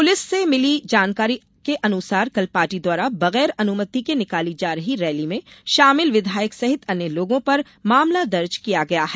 police से मिली जानकारी अनुसार कल पार्टी द्वारा बगैर अनुमति के निकाली जा रही रैली में शामिल विधायक सहित अन्य लोगों पर मामला दर्ज किया गया है